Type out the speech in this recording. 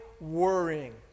worrying